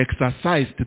exercised